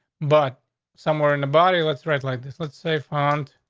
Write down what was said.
but somewhere in the body, let's write like this. let's say fund